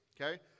okay